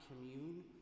commune